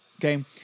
okay